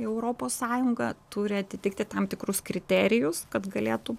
į europos sąjungą turi atitikti tam tikrus kriterijus kad galėtų